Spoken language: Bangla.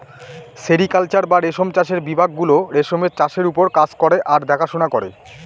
সেরিকালচার বা রেশম চাষের বিভাগ গুলো রেশমের চাষের ওপর কাজ করে আর দেখাশোনা করে